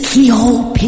Keyhole